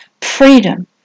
freedom